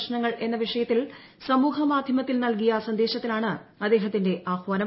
പ്രശ്നങ്ങൾ എന്ന വിഷയത്തിൽ സമൂഹമാധ്യമത്തിൽ നൽകിയ സന്ദേശത്തിലാണ് അദ്ദേഹത്തിന്റെ ആഹ്വാനം